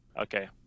Okay